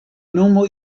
nomo